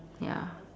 ya